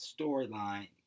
storyline